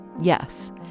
yes